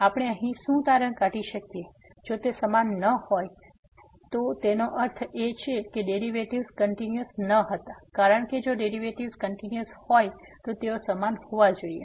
તેથી આપણે અહીંથી શું તારણ કાઢી શકીએ જો તે સમાન ન હોય જો તે સમાન ન હોય તેનો અર્થ એ છે કે ડેરિવેટિવ્ઝ કંટીન્યુઅસ ન હતા કારણ કે જો ડેરિવેટિવ્ઝ કંટીન્યુઅસ હતા તો તેઓ સમાન હોવા જોઈએ